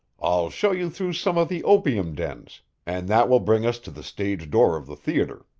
i'll show you through some of the opium dens and that will bring us to the stage door of the theater.